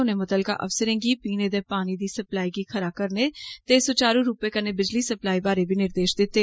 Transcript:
उनें मुतलका अफसरें गी पीने दे पानी दी सप्लाई गी खरा करने ते सुचारु रूपै कन्नै बिजली सप्लाई बारै बी निर्देश दिते